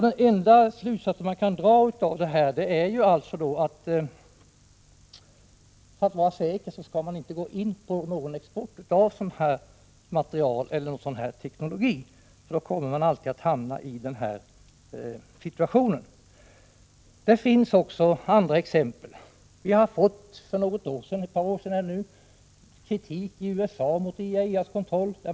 Den enda slutsats som man kan dra av detta är: För att vara säker skall man inte gå med på någon export av sådan här teknologi — för då kommer man alltid att hamna i denna situation. Det finns också andra exempel. För ett par år sedan förekom kritik i USA mot IAEA:s kontroll.